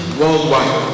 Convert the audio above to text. worldwide